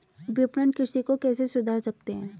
विपणन कृषि को कैसे सुधार सकते हैं?